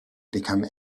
become